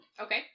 Okay